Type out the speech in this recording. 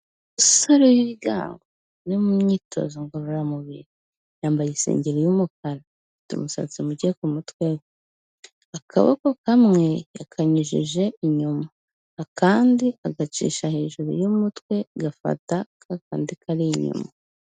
Umusore w'ibigango, uri mu myitozo ngororamubiri, yambaye isengeri y'umukara, afite umusatsi muke ku mutwe, akaboko kamwe yakanyujije inyuma, akandi agacisha hejuru y'umutwe gafata ka kandi kari inyuma.